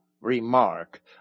remark